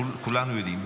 כולנו יודעים.